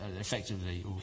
effectively